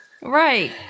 Right